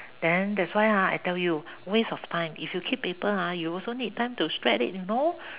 then that's why ah I tell you waste of time if you keep paper ah you also need time to shred it you know